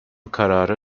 karara